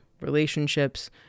relationships